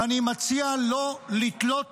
ואני מציע לא לתלות